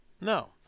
no